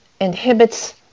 inhibits